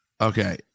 Okay